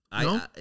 No